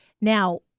Now